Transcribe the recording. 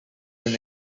been